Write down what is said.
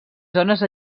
zones